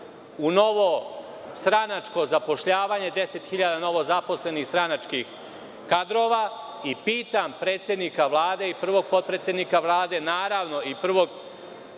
u novo stranačko zapošljavanje; 10.000 novozaposlenih stranačkih kadrova. Pitam predsednika Vlade i prvog potpredsednika Vlade, naravno i